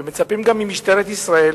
ומצפים גם שמשטרת ישראל